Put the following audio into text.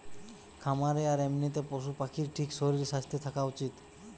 খামারে আর এমনিতে পশু পাখির ঠিক শরীর স্বাস্থ্য থাকা উচিত